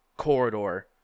corridor